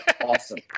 awesome